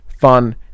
fun